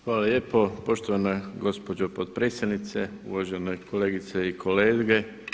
Hvala lijepo poštovana gospođo potpredsjednice, uvažene kolegice i kolege.